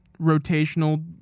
rotational